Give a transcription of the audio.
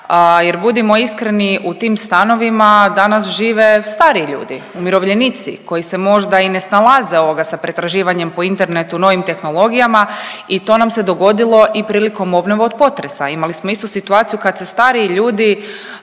jer budimo iskreni u tim stanovima danas žive stariji ljudi, umirovljenici koji se možda i ne snalaze sa pretraživanjem po internetu novim tehnologijama i to nam se dogodilo i prilikom obnove od potresa. Imali smo istu situaciju kad se stariji ljudi